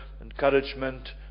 encouragement